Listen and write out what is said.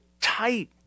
tight